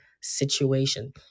situation